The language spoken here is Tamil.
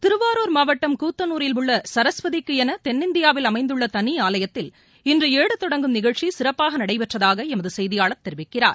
திருவாரூர் மாவட்டம் கூத்தனூரில் உள்ள சரஸ்வதிக்கு என தென்னிந்தியாவில் அமைந்துள்ள தனி ஆலயத்தில் இன்று ஏடு தொடங்கும் நிகழ்ச்சி சிறப்பாக நடைபெற்றதாக எமது செய்தியாளர் தெரிவிக்கிறார்